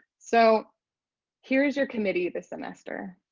so here's your committee this semester.